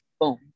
Boom